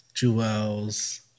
Jewels